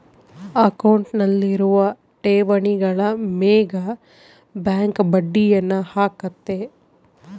ಅಕೌಂಟ್ನಲ್ಲಿರುವ ಠೇವಣಿಗಳ ಮೇಗ ಬ್ಯಾಂಕ್ ಬಡ್ಡಿಯನ್ನ ಹಾಕ್ಕತೆ